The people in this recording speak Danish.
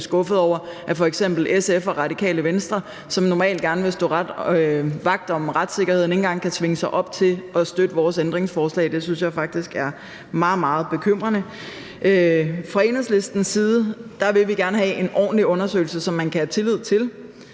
skuffet over, at f.eks. SF og Radikale Venstre, som normalt gerne vil stå vagt om retssikkerheden, ikke engang kan svinge sig op til at støtte vores ændringsforslag. Det synes jeg faktisk er meget, meget bekymrende. Fra Enhedslistens side vil vi gerne have en ordentlig undersøgelse, som man kan have tillid til.